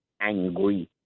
angry